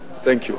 Thank you.